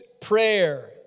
prayer